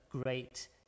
great